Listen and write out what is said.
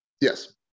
Yes